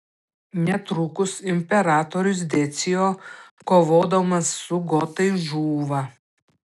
netrukus imperatorius decio kovodamas su gotais žūva